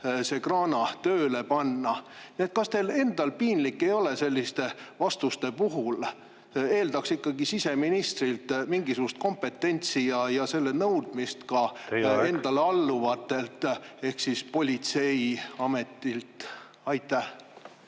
see kraana tööle panna. Kas teil endal piinlik ei ole selliste vastuste pärast? Eeldaks ikkagi siseministrilt mingisugust kompetentsi … Teie aeg! … ja selle nõudmist ka enda alluvatelt ehk siis politseiametilt. …